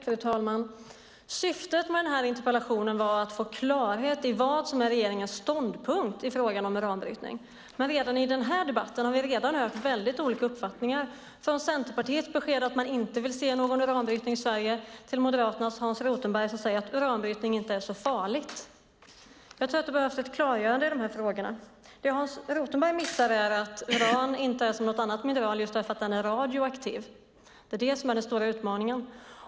Fru talman! Syftet med den här interpellationen var att få klarhet i vad som är regeringens ståndpunkt i frågan om uranbrytning. I den här debatten har vi redan hört väldigt olika uppfattningar, allt från Centerpartiets besked att man inte vill se någon uranbrytning i Sverige till Moderaternas Hans Rothenberg som säger att uranbrytning inte är så farligt. Jag tror att det behövs ett klargörande i de här frågorna. Det Hans Rothenberg missar är att uran inte är som något annat mineral just därför att det är radioaktivt. Det är den stora utmaningen.